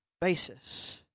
basis